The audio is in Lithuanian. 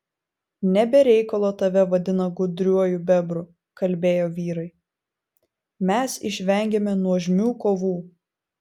ne be reikalo tave vadina gudriuoju bebru kalbėjo vyrai mes išvengėme nuožmių kovų